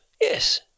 Yes